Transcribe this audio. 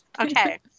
Okay